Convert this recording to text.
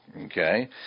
Okay